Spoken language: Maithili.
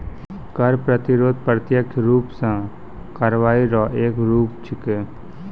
कर प्रतिरोध प्रत्यक्ष रूप सं कार्रवाई रो एक रूप छिकै